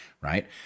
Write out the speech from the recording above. right